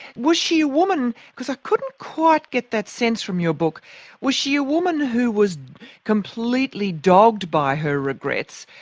was she a woman because i couldn't quite get that sense from your book was she a woman who was completely dogged by her regrets,